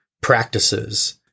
practices